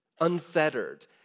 unfettered